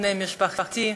בני משפחתי,